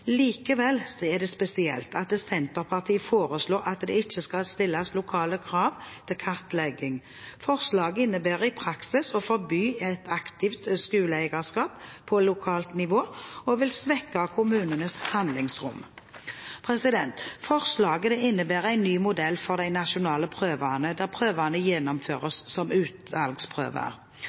Likevel er det spesielt at Senterpartiet foreslår at det ikke kan stilles lokale krav til kartlegging. Forslaget innebærer i praksis å forby et aktivt skoleeierskap på lokalt nivå og vil svekke kommunenes handlingsrom. Forslaget innebærer en ny modell for de nasjonale prøvene, der prøvene